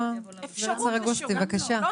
לשירות.